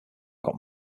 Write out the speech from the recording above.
got